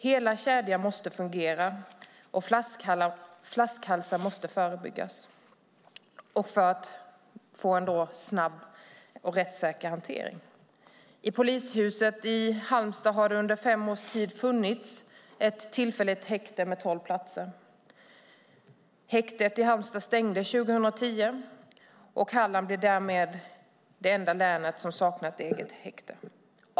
Hela kedjan måste fungera och flaskhalsar måste förebyggas för att man ska få en snabb och rättssäker hantering. I polishuset i Halmstad har det under fem års tid funnits ett tillfälligt häkte med tolv platser. Häktet i Halmstad stängde 2010, och Halland blev därmed det enda län som saknar ett eget häkte.